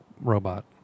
robot